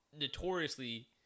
notoriously